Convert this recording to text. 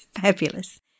Fabulous